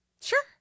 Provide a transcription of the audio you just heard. Sure